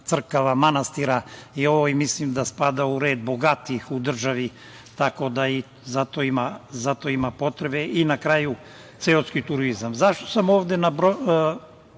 crkava, manastira i mislim da spada u red bogatijih u državi, tako da i za to ima potrebe. Na kraju, seoski turizam. Zašto sam ovde nabrojao